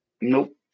Nope